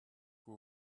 who